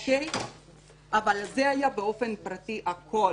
הכול היה באופן פרטי.